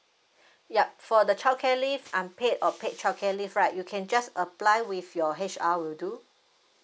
yup for the childcare leave unpaid or paid childcare leave right you can just apply with your H_R will do